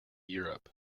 europe